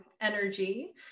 energy